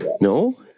No